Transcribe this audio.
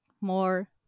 more